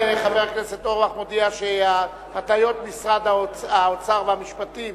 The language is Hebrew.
חבר הכנסת אורבך מודיע שהתניות משרד האוצר ומשרד המשפטים